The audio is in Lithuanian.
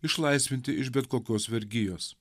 išlaisvinti iš bet kokios vergijos